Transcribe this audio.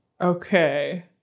Okay